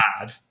bad